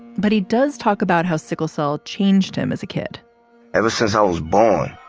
but he does talk about how sickle cell changed him as a kid ever since i was born,